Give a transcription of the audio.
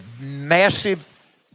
massive